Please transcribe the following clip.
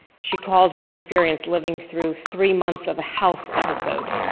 she called her experience living through three months of a house episode.